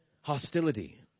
Hostility